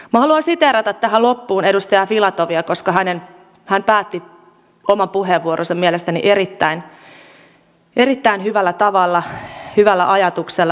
minä haluan siteerata tähän loppuun edustaja filatovia koska hän päätti oman puheenvuoronsa mielestäni erittäin hyvällä tavalla hyvällä ajatuksella